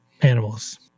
animals